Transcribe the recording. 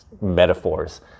metaphors